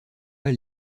pas